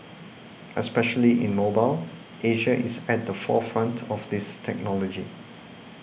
especially in mobile Asia is at the forefront of this technology